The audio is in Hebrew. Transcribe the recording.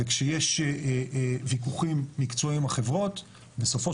וכשיש ויכוחים מקצועיים עם החברות בסופו